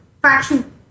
fraction